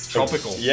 Tropical